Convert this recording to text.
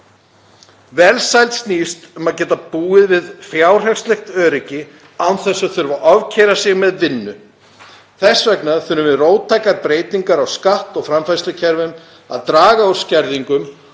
Velsæld snýst um að geta búið við fjárhagslegt öryggi án þess að þurfa að ofkeyra sig með vinnu. Þess vegna þurfum við róttækar breytingar á skatt- og framfærslukerfum, að draga úr skerðingum